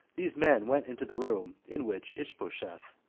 these men went into the room in which ishbosheth,